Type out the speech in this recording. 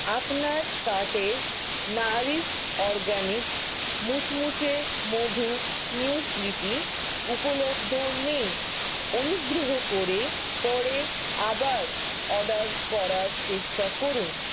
আপনার কার্টের Nourish Organics মুচমুচে মধু মুয়েসলিটি উপলব্ধ নেই অনুগ্রহ করে পরে আবার অর্ডার করার চেষ্টা করুন